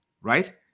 right